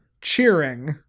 cheering